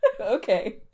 Okay